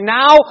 now